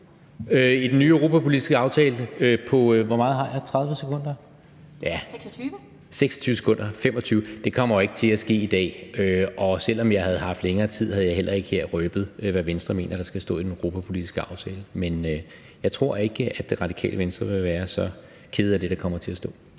i den nye europapolitiske aftale? Hvor lang tid har jeg? 30 sekunder? (Den fg. formand (Annette Lind): 26!) Det kommer ikke til at ske i dag, og selv om jeg havde haft længere tid, havde jeg heller ikke her røbet, hvad Venstre mener der skal stå i den europapolitiske aftale, men jeg tror ikke, Radikale Venstre vil være så kede af det, der kommer til at stå.